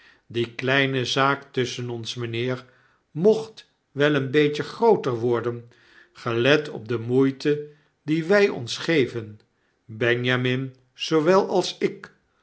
die kleine zaak tusschen ons mynheer mocht wel een beetje grooter worden gelet op de moeite die wy ons geven benjamin zoowel als ik